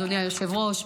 אדוני היושב-ראש,